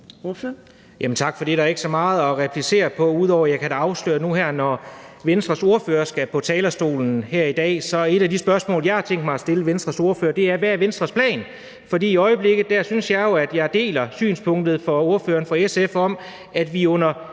Tak for det. Der er ikke så meget at replicere på, ud over at jeg da kan afsløre, at nu her, når Venstres ordfører skal på talerstolen i dag, er et af de spørgsmål, jeg har tænkt mig at stille Venstres ordfører, hvad Venstres plan er. For i øjeblikket synes jeg jo, at jeg deler synspunktet hos ordføreren fra SF om, at vi er